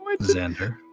Xander